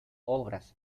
obras